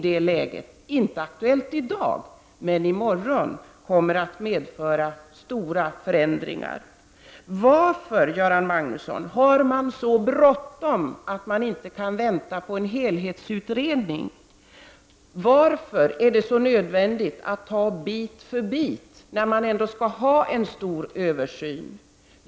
Det är inte aktuellt i dag, men det kommer att medföra stora förändringar i morgon. Varför har man så bråttom, Göran Magnusson, att man inte kan vänta på en helhetsutredning? Varför är det så nödvändigt att ta bit för bit när man ändå skall göra en stor översyn?